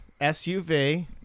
suv